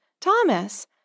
Thomas